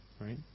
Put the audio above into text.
right